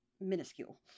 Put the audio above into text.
minuscule